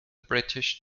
british